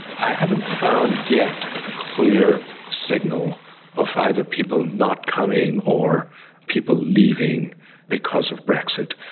i haven't found yet a clear signal of either people not coming or people leaving because of brexit.